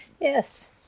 Yes